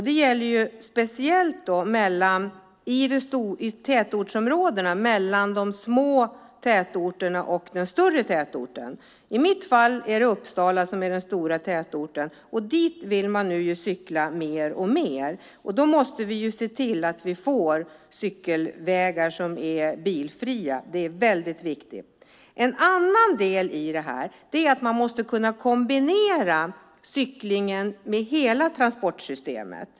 Det gäller speciellt i tätortsområdena mellan de små tätorterna och den större tätorten. I mitt fall är det Uppsala som är den stora tätorten. Dit vill man nu cykla mer och mer. Då måste vi se till att vi får cykelvägar som är bilfria. Det är väldigt viktigt. En annan del i det här är att man måste kunna kombinera cyklingen med hela transportsystemet.